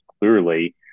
clearly